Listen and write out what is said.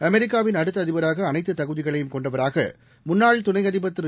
அமெரிக்காவின் அடுத்த அதிபராக அனைத்து தகுதிகளையும் கொண்டவராக முன்னாள் துணை அதிபர் திரு